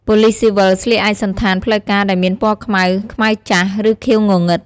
ប៉ូលិសស៊ីវិលស្លៀកឯកសណ្ឋានផ្លូវការដែលមានពណ៌ខ្មៅ ខ្មៅចាស់ ឬខៀវងងឹត។